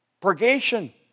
Purgation